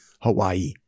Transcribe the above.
Hawaii